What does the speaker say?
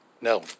no